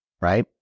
right